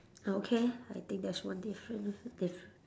uh okay I think that's one different diff~